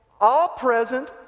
all-present